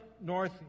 North